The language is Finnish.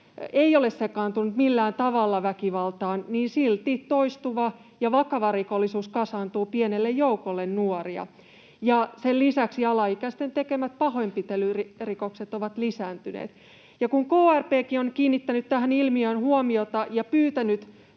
ei ole sekaantunut millään tavalla väkivaltaan, niin silti toistuva ja vakava rikollisuus kasaantuu pienelle joukolle nuoria, ja sen lisäksi alaikäisten tekemät pahoinpitelyrikokset ovat lisääntyneet. Krp:kin on kiinnittänyt tähän ilmiöön huomiota ja pyytänyt